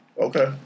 Okay